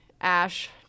Ash